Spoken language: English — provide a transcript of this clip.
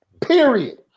Period